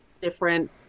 different